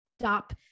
stop